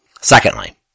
Secondly